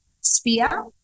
sphere